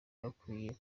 bakwiye